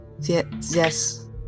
Yes